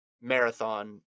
marathon